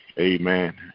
Amen